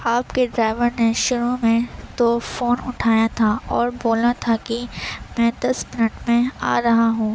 آپ کے ڈرائیور نے شروع میں تو فون اُٹھایا تھا اور بولا تھا کہ میں دس منٹ میں آ رہا ہوں